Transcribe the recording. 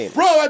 Bro